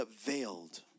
veiled